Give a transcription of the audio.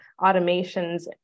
automations